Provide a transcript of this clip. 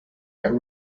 that